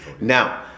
Now